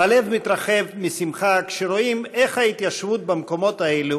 הלב מתרחב משמחה כשרואים איך ההתיישבות במקומות האלה